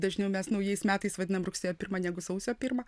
dažniau mes naujais metais vadinam rugsėjo pirmą negu sausio pirmą